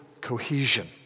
cohesion